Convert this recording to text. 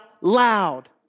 loud